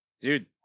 Dude